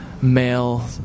male